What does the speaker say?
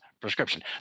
prescription